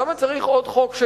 למה צריך עוד חוק,